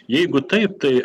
jeigu taip tai